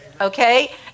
okay